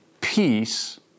peace